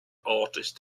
artist